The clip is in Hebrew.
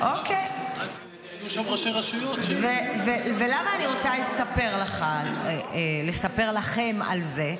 היו שם ראשי רשויות --- למה אני רוצה לספר לכם על זה?